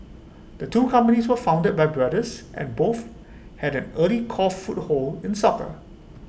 the two companies were founded by brothers and both had an early core foothold in soccer